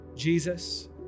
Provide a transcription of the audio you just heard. Jesus